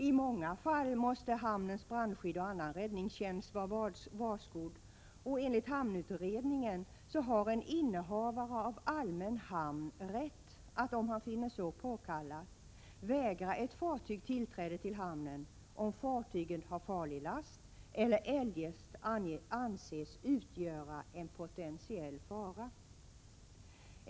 I många fall måste hamnens brandskydd och annan räddningstjänst vara varskodd, och enligt hamnutredningen har en innehavare av allmän hamn rätt att, om han finner det påkallat, vägra ett fartyg tillträde till hamnen, om fartyget har farlig last eller eljest anses utgöra en potentiell fara.